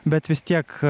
bet vis tiek